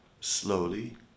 slowly